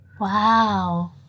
Wow